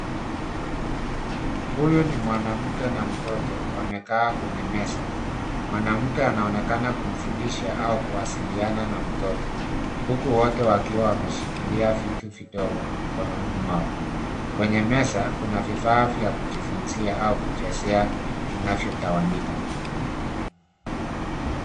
Huyo ni mwanamke na mtoto, wamekaa kwenye meza. Mwanamke anaonekana kumfundisha au kuwasiliana na mtoto. Huku wote wakiwa wameshikilia vitu vidogo mikononi mwao. Kwenye meza, kuna vifaa vya kujifunzia au kuchezea, vinavyo tawanyika.